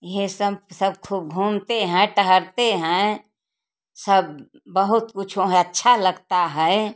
है सब सब खूब घूमते हैं टहलते हैं सब बहुत कुछ वहाँ अच्छा लगता हैं